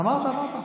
אמרת, אמרת.